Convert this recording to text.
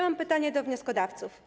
Mam pytanie do wnioskodawców.